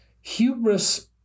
hubris